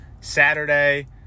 Saturday